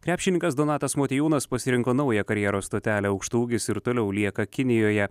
krepšininkas donatas motiejūnas pasirinko naują karjeros stotelę aukštaūgis ir toliau lieka kinijoje